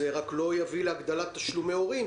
חשוב שזה לא יביא להגדלת תשלומי הורים.